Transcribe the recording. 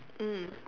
mm